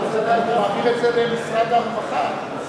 הוא מעביר את זה למשרד הרווחה.